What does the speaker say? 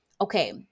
okay